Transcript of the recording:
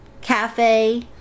cafe